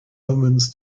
omens